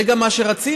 זה גם מה שרצינו,